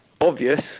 obvious